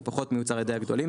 הוא פחות מיוצר על ידי הגדולים,